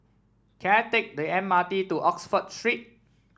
can I take the M R T to Oxford Street